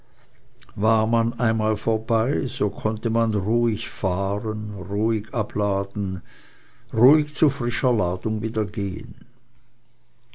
war man einmal vorbei so konnte man ruhig fahren ruhig abladen ruhig zu frischer ladung wieder gehen